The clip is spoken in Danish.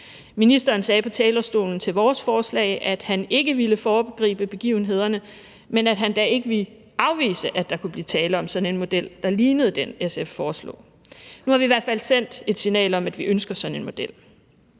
Ministeren sagde på talerstolen til vores forslag, at han ikke ville foregribe begivenhedernes gang, men han ville ikke afvise, at der kunne blive tale om sådan en model, der lignede den, som SF foreslog. Nu har vi i hvert fald sendt et signal om, at vi ønsker sådan en model.